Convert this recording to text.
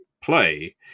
play